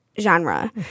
genre